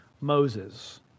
Moses